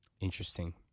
Interesting